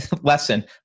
lesson